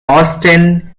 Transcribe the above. austen